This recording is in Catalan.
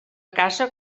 casa